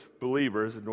believers